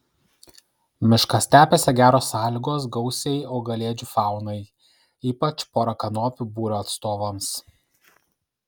miškastepėse geros sąlygos gausiai augalėdžių faunai ypač porakanopių būrio atstovams